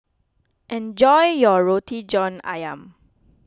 enjoy your Roti John Ayam